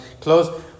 close